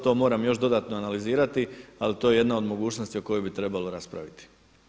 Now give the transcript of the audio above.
To moram još dodatno analizirati, ali to je jedna od mogućnosti o kojoj bi trebalo raspraviti.